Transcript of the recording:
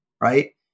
right